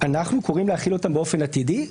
אנחנו קוראים להחיל אותם באופן עתידי.